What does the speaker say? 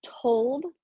told